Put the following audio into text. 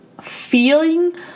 feeling